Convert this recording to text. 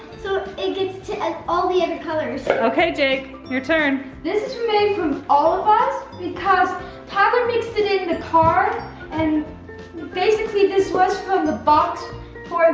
so it gets to and all the other and colors. okay, jake, your turn. this is made from all of us, because tyler mixed it in the car and basically this was from the box four